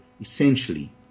essentially